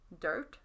Dirt